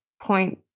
point